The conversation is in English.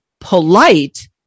polite